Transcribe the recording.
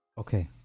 Okay